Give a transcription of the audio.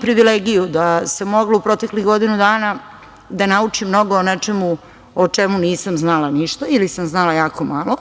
privilegiju da se moglo u proteklih godinu dana naučiti mnogo o čemu nisam znala ništa ili sam znala jako malo,